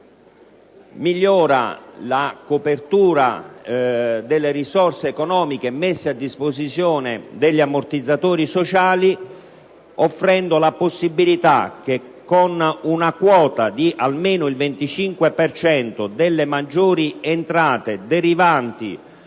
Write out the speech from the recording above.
migliora la copertura delle risorse economiche messe a disposizione degli ammortizzatori sociali, offrendo la possibilità che una quota almeno del 25 per cento delle maggiori entrate derivanti